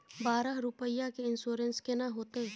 बारह रुपिया के इन्सुरेंस केना होतै?